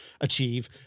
achieve